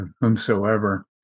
whomsoever